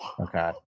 Okay